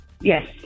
Yes